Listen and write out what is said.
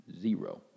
zero